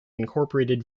incorporated